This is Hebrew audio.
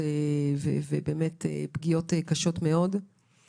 הדברים